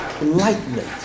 enlightenment